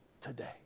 today